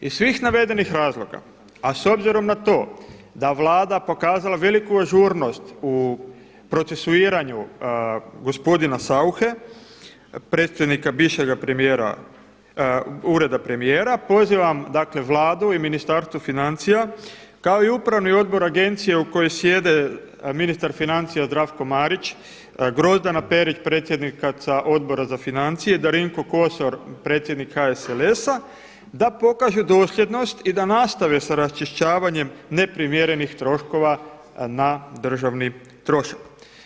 Iz svih navedenih razloga, a s obzirom na to da Vlada pokazala veliku ažurnost u procesuiranju gospodina Sauche predstojnika bivšega ureda premijera, pozivam Vladu i Ministarstvo financija kao i Upravni odbor agencija u kojoj sjedi ministar financija Zdravko Marić, Grozdana Perić predsjednica Odbora za financije, Darinko Kosor predsjednik HLSA da pokažu dosljednost i da nastave sa raščišćavanjem neprimjerenih troškova na državni trošak.